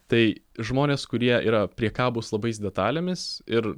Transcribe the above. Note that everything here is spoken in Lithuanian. tai žmonės kurie yra priekabūs labais detalėmis ir